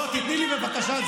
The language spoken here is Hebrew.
לא, תיתני לי, בבקשה.